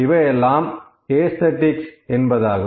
இவையெல்லாம் ஏஸ்தேடிக்ஸ என்பதாகும்